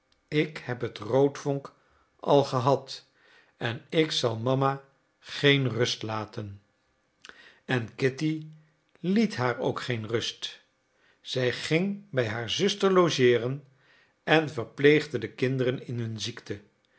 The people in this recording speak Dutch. ik heb het roodvonk al gehad en ik zal mama geen rust laten en kitty liet haar ook geen rust zij ging bij haar zuster logeeren en verpleegde de kinderen in hun ziekte